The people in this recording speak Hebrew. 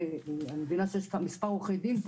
אני מבינה שיש כאן בפורום כמה עורכי דין.